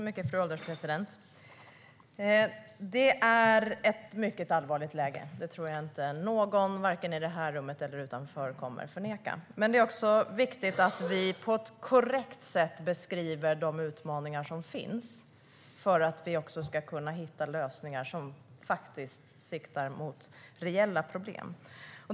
Fru ålderspresident! Det är ett mycket allvarligt läge. Det tror jag inte att någon vare sig i det här rummet eller utanför det kommer att förneka. Men det är också viktigt att vi på ett korrekt sätt beskriver de utmaningar som finns för att vi ska kunna hitta lösningar som faktiskt siktar mot reella problem.